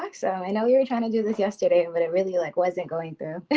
like so i know you're trying to do this yesterday, but it really like wasn't going through.